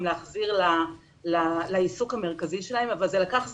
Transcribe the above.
להחזיר לעיסוק המרכזי שלהם אבל זה לקח זמן.